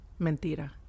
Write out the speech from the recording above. mentira